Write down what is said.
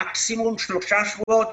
מקסימום שלושה שבועות.